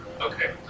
Okay